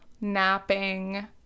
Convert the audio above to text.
napping